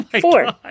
Four